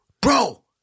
bro